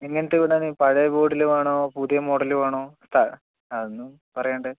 എങ്ങനത്തെ വീടാണ് പഴയ മോഡൽ വേണോ പുതിയ മോഡൽ വേണോ അതൊന്നും പറയാണ്ട്